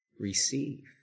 receive